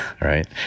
right